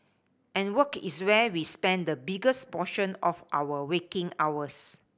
and work is where we spend the biggest portion of our waking hours